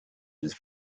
was